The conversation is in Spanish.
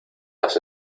las